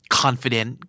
confident